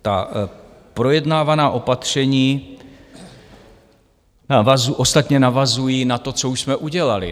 Ta projednávaná opatření ostatně navazují na to, co už jsme udělali.